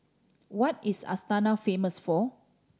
what is Astana famous for